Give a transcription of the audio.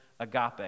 agape